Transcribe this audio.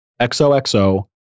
XOXO